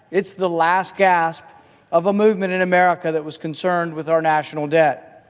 it's the last gasp of a movement in america that was concerned with our national debt.